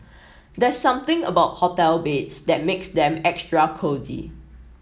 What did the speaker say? there's something about hotel beds that makes them extra cosy